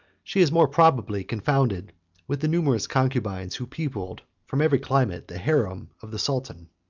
she is more probably confounded with the numerous concubines who peopled from every climate the harem of the sultan.